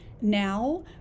now